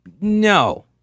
No